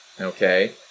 okay